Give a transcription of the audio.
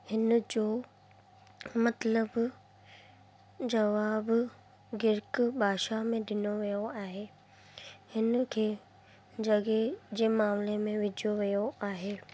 हिनजो मतिलब जवाबु ग्रीक भाषा में ॾिनो वियो आहे हिन खे जॻह जे मामले में विझो वियो आहे